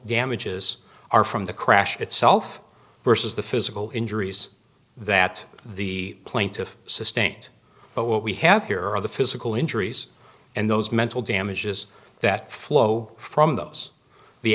damages are from the crash itself versus the physical injuries that the plaintiff sustained but what we have here are the physical injuries and those mental damages that flow from those the